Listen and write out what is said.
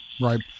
right